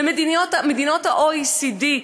מדינות ה-OECD,